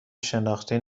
شناختی